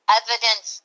evidence